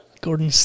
Gordon